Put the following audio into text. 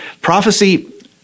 Prophecy